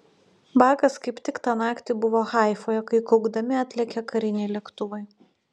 bakas kaip tik tą naktį buvo haifoje kai kaukdami atlėkė kariniai lėktuvai